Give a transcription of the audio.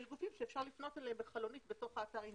יש גופים שאפשר לפנות אליהם בחלונות בתוך אתר האינטרנט.